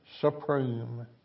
supreme